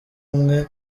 umwe